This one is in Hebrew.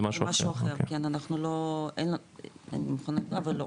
זה משהו אחר, כן, אבל לא.